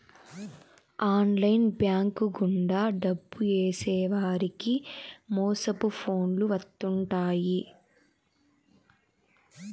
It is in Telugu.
ఆన్లైన్ బ్యాంక్ గుండా డబ్బు ఏసేవారికి మోసపు ఫోన్లు వత్తుంటాయి